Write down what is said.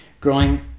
growing